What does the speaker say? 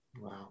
Wow